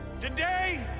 Today